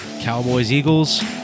Cowboys-Eagles